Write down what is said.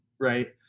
Right